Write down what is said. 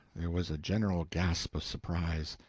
there was a general gasp of surprise.